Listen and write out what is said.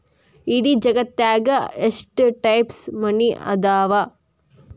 ಇಡೇ ಜಗತ್ತ್ನ್ಯಾಗ ಎಷ್ಟ್ ಟೈಪ್ಸ್ ಮನಿ ಅದಾವ